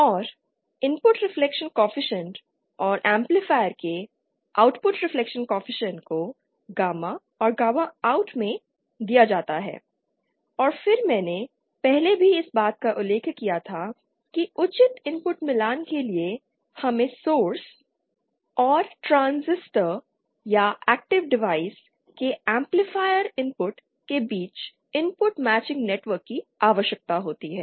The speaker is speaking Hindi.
और इनपुट रिफ्लेक्शन कॉएफिशिएंट और एम्पलीफायर के आउटपुट रिफ्लेक्शन कॉएफिशिएंट को गामा और गामा OUT में दिया जाता है और फिर मैंने पहले भी इस बात का उल्लेख किया था कि उचित इनपुट मिलान के लिए हमें सोर्स और ट्रांजिस्टर या एक्टिव डिवाइस के एम्पलीफायर इनपुट के बीच इनपुट मैचिंग नेटवर्क की आवश्यकता होती है